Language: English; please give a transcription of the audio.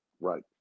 right